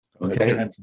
Okay